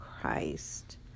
Christ